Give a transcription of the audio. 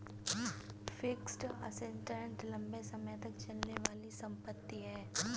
fixed assets लंबे समय तक चलने वाली संपत्ति है